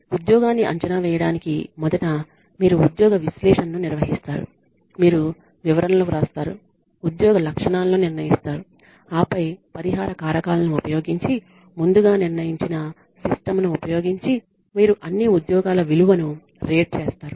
ఉద్యోగాన్ని అంచనా వేయడానికి మొదట మీరు ఉద్యోగ విశ్లేషణను నిర్వహిస్తారు మీరు వివరణలు వ్రాస్తారు ఉద్యోగ లక్షణాలు ను నిర్ణయిస్తారు ఆపై పరిహార కారకాలను ఉపయోగించి ముందుగా నిర్ణయించిన సిస్టంను ఉపయోగించి మీరు అన్ని ఉద్యోగాల విలువను రేట్ చేస్తారు